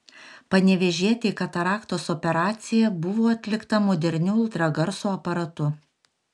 panevėžietei kataraktos operacija buvo atlikta moderniu ultragarso aparatu